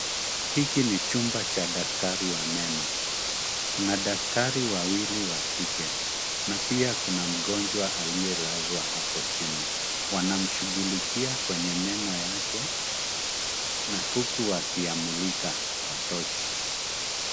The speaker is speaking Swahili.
Hiki ni chumba cha daktari wa meno. Kuna daktari wawili wa kike, na pia kuna mgonjwa aliyelazwa hapo chini. Wana mshughulikia kwenye meno yake, na huku wakiyamulika kwa tochi.